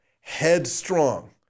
headstrong